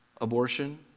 abortion